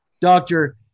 Doctor